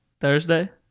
Thursday